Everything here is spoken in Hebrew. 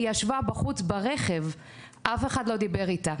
היא ישבה בחוץ ברכב ואף אחד לא דיבר איתה.